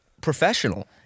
professional